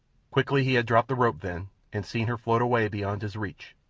quickly he had dropped the rope then and seen her float away beyond his reach,